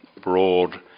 broad